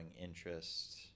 interest